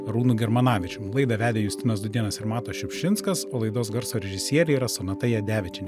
arūnu germanavičium laidą vedė justinas dūdėnas ir matas šiupšinskas o laidos garso režisierė yra sonata jadevičienė